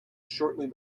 shortly